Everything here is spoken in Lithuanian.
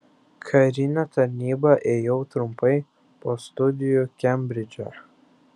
karinę tarnybą ėjau trumpai po studijų kembridže